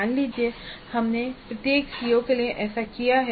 मान लीजिए कि हमने प्रत्येक CO के लिए ऐसा किया है